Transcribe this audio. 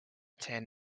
ten